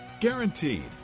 Guaranteed